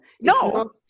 No